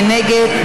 מי נגד?